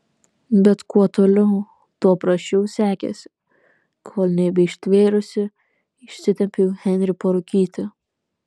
bet kuo toliau tuo prasčiau sekėsi kol nebeištvėrusi išsitempiau henrį parūkyti